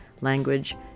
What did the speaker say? language